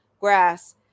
grass